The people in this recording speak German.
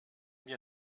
wir